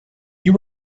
you